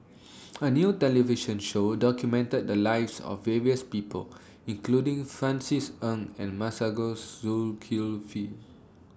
A New television Show documented The Lives of various People including Francis Ng and Masagos Zulkifli